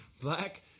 Black